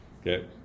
Okay